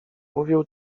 mówił